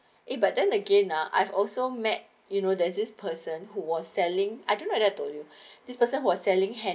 eh but then again ah have also met you know there's this person who was selling I don't like that I told you this person who are selling handbags